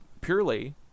purely